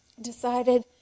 decided